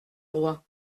roi